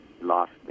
lost